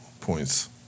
points